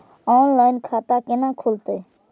Online खाता केना खुलते?